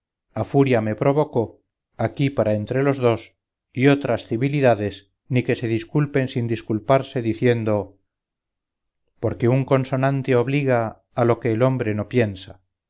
a furia me provocó aquí para entre los dos y otras civilidades ni que se disculpen sin disculparse diciendo porque un consonante obliga a lo que el hombre no piensa